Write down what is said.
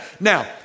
Now